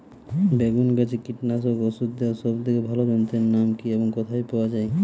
বেগুন গাছে কীটনাশক ওষুধ দেওয়ার সব থেকে ভালো যন্ত্রের নাম কি এবং কোথায় পাওয়া যায়?